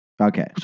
Okay